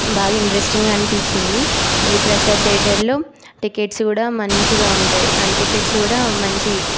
బాగా ఇంట్రెస్టింగ్గా అనిపించింది ఈ ప్రసాద్ థియేటర్లో టికెట్స్ కూడా మంచిగ ఉంటాయి అండ్ టికెట్స్ కూడా మంచి